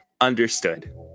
understood